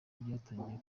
byatangiye